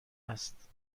است